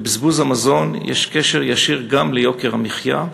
"לבזבוז המזון יש קשר ישיר גם ליוקר המחיה.